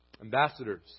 Ambassadors